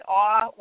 awe